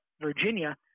Virginia